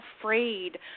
afraid